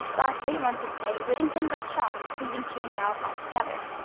lastly, one could say whittington got shot, leaving cheney out altogether.